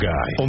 Guy